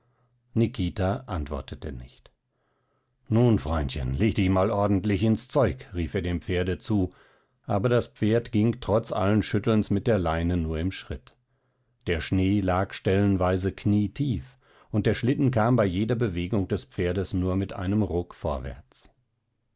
nikita antwortete nicht nun freundchen leg dich mal ordentlich ins zeug rief er dem pferde zu aber das pferd ging trotz alles schüttelns mit der leine nur im schritt der schnee lag stellenweise knietief und der schlitten kam bei jeder bewegung des pferdes nur mit einem ruck vorwärts